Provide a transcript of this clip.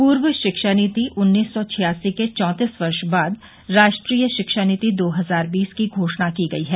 पूर्व शिक्षा नीति उन्नीस सौ छियासी के चौतीस वर्ष बाद राष्ट्रीय शिक्षा नीति दो हजार बीस की घोषणा की गई है